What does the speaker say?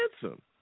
handsome